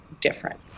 different